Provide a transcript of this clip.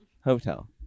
Hotel